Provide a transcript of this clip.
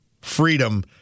freedom